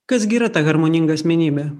kas gi yra ta harmoninga asmenybė